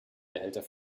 behälter